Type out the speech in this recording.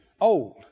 old